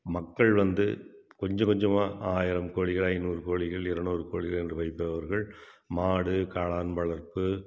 மக்கள் வந்து கொஞ்சம் கொஞ்சமாக ஆயிரம் கோழிகள் ஐந்நூறு கோழிகள் இரநூறு கோழிகள் என்று வைப்பவர்கள் மாடு காளான் வளர்ப்பு